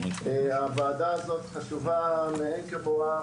הוועדה הזאת חשובה מאין כמוה,